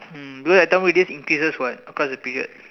mm because that time radius increases what across the period